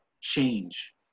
change